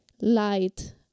light